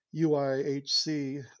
UIHC